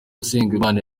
usengimana